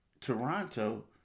Toronto